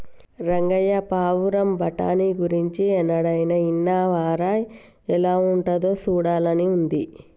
రంగయ్య పావురం బఠానీ గురించి ఎన్నడైనా ఇన్నావా రా ఎలా ఉంటాదో సూడాలని ఉంది